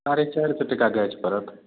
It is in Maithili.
साढ़े चारि सए टका गाछ पड़त